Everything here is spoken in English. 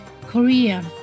Korean